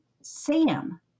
Sam